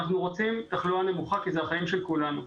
ובגלל שאנחנו רוצים תחלואה נמוכה כי זה החיים של כולנו.